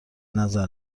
نظر